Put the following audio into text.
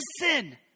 listen